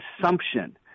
assumption